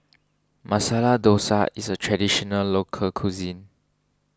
Masala Dosa is a Traditional Local Cuisine